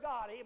God